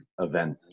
event